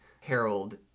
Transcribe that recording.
harold